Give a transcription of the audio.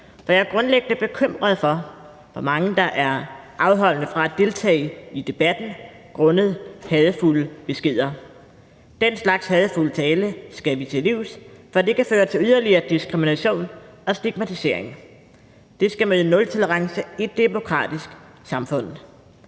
for jeg er grundlæggende bekymret for, hvor mange der er afholdende fra at deltage i debatten grundet hadefulde beskeder. Den slags hadefulde tale skal vi til livs, for det kan føre til yderligere diskrimination og stigmatisering. Det skal møde nultolerance i et demokratisk samfund.